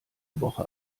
woche